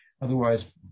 Otherwise